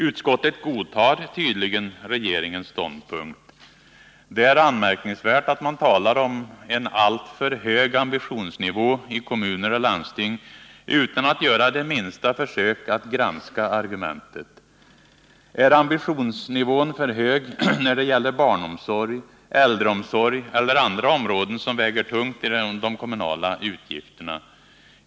Utskottet godtar tydligen regeringens ståndpunkt. Det är anmärkningsvärt att man talar om en alltför hög ambitionsnivå i kommuner och landsting utan att göra det minsta försök att granska argumentet. Är ambitionsnivån för hög i fråga om barnomsorg, äldreomsorg eller andra områden som väger tungt när det gäller de kommunala utgifterna?